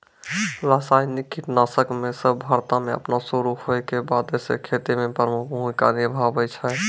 रसायनिक कीटनाशक सभ भारतो मे अपनो शुरू होय के बादे से खेती मे प्रमुख भूमिका निभैने छै